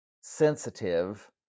sensitive